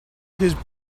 his